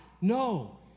No